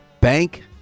bank